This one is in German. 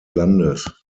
landes